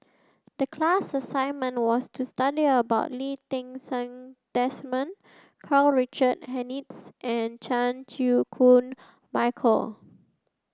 the class assignment was to study about Lee Ti Seng Desmond Karl Richard Hanitsch and Chan Chew Koon Michael